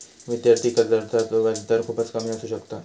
विद्यार्थी कर्जाचो व्याजदर खूपच कमी असू शकता